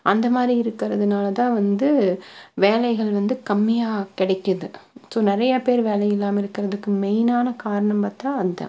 அந்த மாதிரி இருக்கறதுனால் தான் வந்து வேலைகள் வந்து கம்மியாக கிடைக்கிது ஸோ நிறையா பேர் வேலை இல்லாமல் இருக்கிறதுக்கு மெயினான காரணம் பார்த்தா அந்த